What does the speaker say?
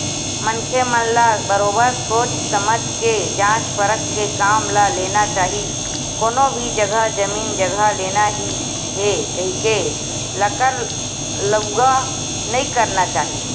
मनखे मन ल बरोबर सोझ समझ के जाँच परख के काम ल लेना चाही कोनो भी जघा जमीन जघा लेना ही हे कहिके लकर लउहा नइ करना चाही